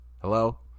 Hello